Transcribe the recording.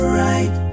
right